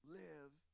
live